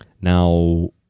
Now